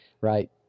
Right